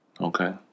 Okay